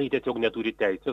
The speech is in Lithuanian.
tai tiesiog neturi teisių